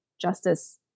justice